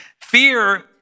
Fear